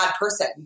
person